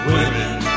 Women